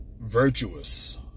virtuous